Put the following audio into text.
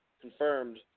confirmed